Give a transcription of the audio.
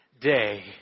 day